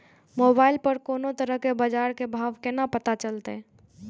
Mobile पर कोनो तरह के बाजार के भाव केना पता चलते?